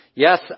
Yes